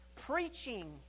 Preaching